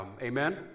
Amen